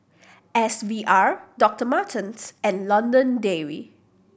S V R Doctor Martens and London Dairy